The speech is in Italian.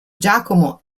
giacomo